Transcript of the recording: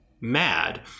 mad